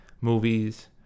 movies